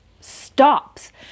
stops